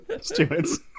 Stewards